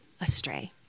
astray